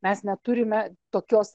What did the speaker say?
mes neturime tokios